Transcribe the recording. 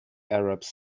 arabs